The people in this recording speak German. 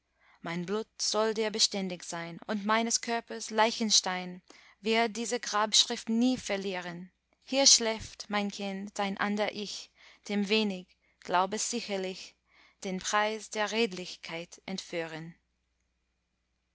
mein blut soll dir beständig sein und meines körpers leichenstein wird diese grabschrift nie verlieren hier schläft mein kind dein ander ich dem wenig glaub es sicherlich den preis der redlichkeit entführen